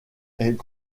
est